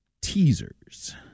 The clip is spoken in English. Teasers